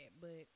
but-